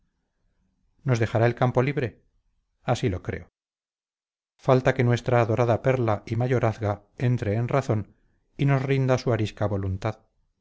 nos dejará el campo libre así lo creo falta que nuestra adorada perla y mayorazga entre en razón y nos rinda su arisca voluntad